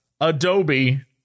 Adobe